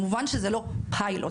כמובן, זה לא פיילוט.